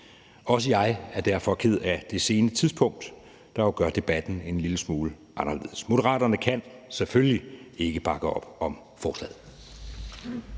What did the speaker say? Også jeg er derfor ked af det sene tidspunkt, der jo gør debatten en lille smule anderledes. Moderaterne kan selvfølgelig ikke bakke op om forslaget.